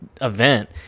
event